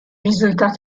riżultat